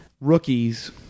rookies